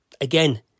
again